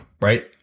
right